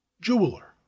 jeweler